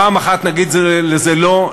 פעם אחת נגיד לזה לא.